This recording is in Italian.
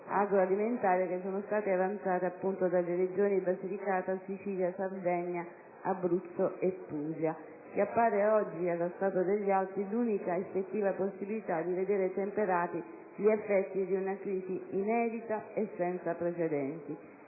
agroalimentare, avanzata dalle Regioni Basilicata, Sicilia, Sardegna, Abruzzo e Puglia, che appare oggi, allo stato degli atti, l'unica effettiva possibilità di vedere temperati gli effetti di una crisi inedita e senza precedenti.